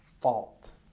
fault